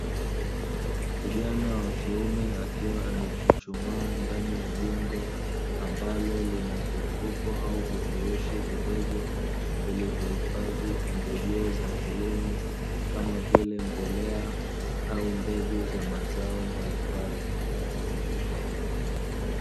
Kijana wa kiume akiwa amechuchumaa ndani ya jengo ambalo lina vifuko au vifurushi vidogo, vilivyo hifadhi pembejio za kilimo kama vile mbolea au mbegu za mazao mbalimbali.